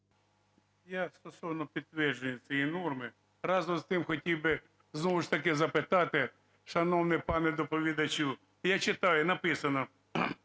Я стосовно підтвердження цієї норми. Разом з тим хотів би знову ж таки запитати, шановний пане доповідачу… Я читаю, написано